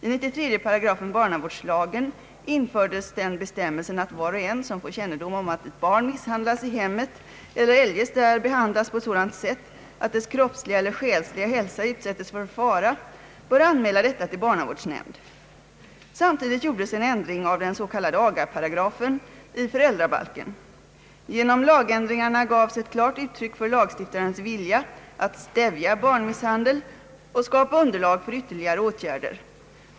I 93 8 barnavårdslagen infördes den bestämmelsen att var och en, som får kännedom om att barn misshandlas i hemmet eller eljest där behandlas på sådant sätt att dess kroppsliga eller själsliga hälsa utsätts för fara, bör anmäla detta till barnavårdsnämnd. Samtidigt gjordes en ändring av den s.k. agaparagrafen i föräldrabalken. Genom =<lagändringarna gavs ett klart uttryck för lagstiftarens vilja att stävja barnmisshandel och skapa underlag för ytterligare åtgärder.